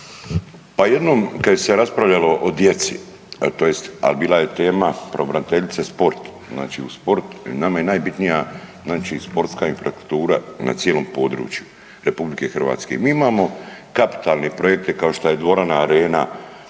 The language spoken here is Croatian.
Pa jednom kada se raspravljalo o djeci ali tj. bila je tema pravobraniteljice sport. Znači u sportu nama je najbitnija sportska infrastruktura na cijelom području Republike Hrvatske. Mi imamo kapitalne projekte kao što je dvorana Arena